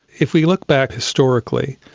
if we look back historically,